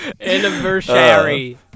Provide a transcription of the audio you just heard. Anniversary